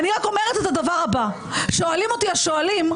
אני רק אומרת את הדבר הבא: שואלים אותי השואלים,